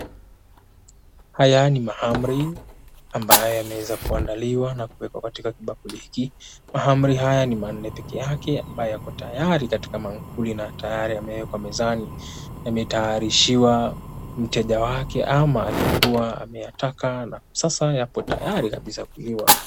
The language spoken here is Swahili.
Haya ni mahamri ambayo yameweza kuandaliwa na kuwekwa katika kibakuli hiki. Mahamri haya ni manne peke yake ambayo yako tayari katika maankuli na tayari yamewekwa mezani na yataarishiwa mteja wake ama aliyekuwa ameyataka na sasa yapo tayari kabisa kuliwa.